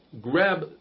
grab